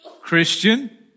Christian